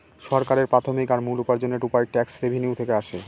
সরকারের প্রাথমিক আর মূল উপার্জনের উপায় ট্যাক্স রেভেনিউ থেকে আসে